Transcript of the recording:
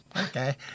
Okay